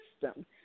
system